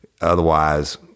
Otherwise